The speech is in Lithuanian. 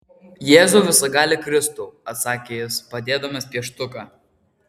jėzau visagali kristau atsakė jis padėdamas pieštuką